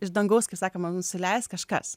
iš dangaus kaip sakoma nusileis kažkas